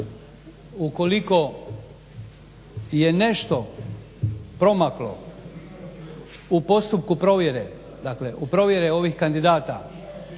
ukoliko je nešto promaklo u postupku provjere, dakle